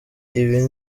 ibi